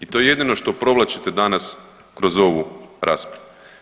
I to je jedino što provlačite danas kroz ovu raspravu.